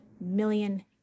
million